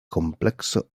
komplekso